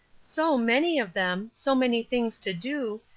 so many of them, so many things to do,